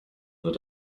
wird